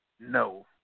no